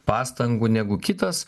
pastangų negu kitas